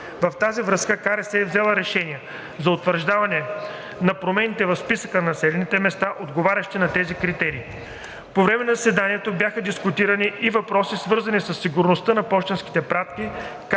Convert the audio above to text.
с това КРС е взела решения за утвърждаване на промените в списъка на населените места, отговарящи на тези критерии. По време на заседанието бяха дискутирани и въпросите, свързани със сигурността на пощенските пратки,